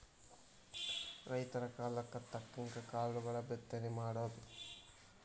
ರೈತರ ಕಾಲಕ್ಕ ತಕ್ಕಂಗ ಕಾಳುಗಳ ಬಿತ್ತನೆ ಮಾಡುದು